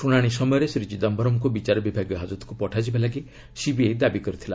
ଶୁଣାଣି ସମୟରେ ଶ୍ରୀ ଚିଦାୟରମ୍ଙ୍କୁ ବିଚାରବିଭାଗୀୟ ହାଜତକୁ ପଠାଯିବା ଲାଗି ସିବିଆଇ ଦାବି କରିଥିଲା